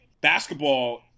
Basketball